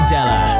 Della